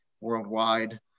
worldwide